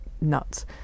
nuts